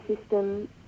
system